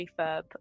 refurb